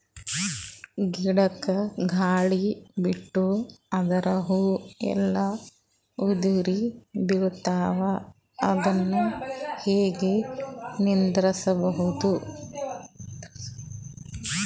ಗಿಡಕ, ಗಾಳಿ ಬಿಟ್ಟು ಅದರ ಹೂವ ಎಲ್ಲಾ ಉದುರಿಬೀಳತಾವ, ಅದನ್ ಹೆಂಗ ನಿಂದರಸದು?